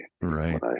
Right